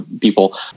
people